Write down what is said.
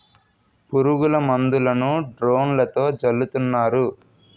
పురుగుల మందులను డ్రోన్లతో జల్లుతున్నారు